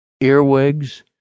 Earwigs